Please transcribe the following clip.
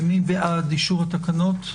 מי בעד אישור התקנות?